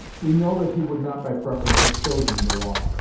we know that he would not by preference have chosen the law,